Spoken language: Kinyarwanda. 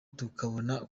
tukabona